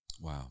Wow